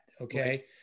Okay